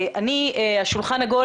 שולחן עגול,